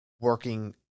working